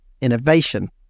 innovation